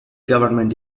government